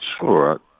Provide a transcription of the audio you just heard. sure